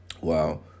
Wow